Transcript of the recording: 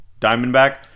Diamondback